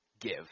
give